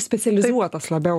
specializuotas labiau